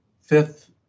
fifth